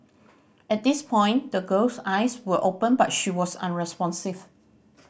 at this point the girl's eyes were open but she was unresponsive